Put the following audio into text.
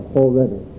already